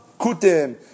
Kutim